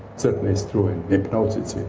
certainly is true in hypnosis,